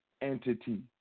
entity